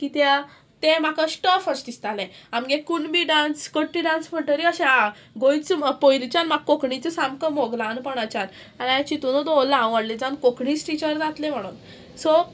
कित्याक तें म्हाका स्टफ अशें दिसतालें आमगे कुणबी डांस कट्टी डांस म्हणटगीर अशें आं गोंयच पयलींच्यान म्हाका कोंकणीचो सामको मोग ल्हानपणाच्यान आनी हांवें चितुनूत उल्लां हांव व्हडलेंच्यान कोंकणीच टिचर जातलें म्हणून सो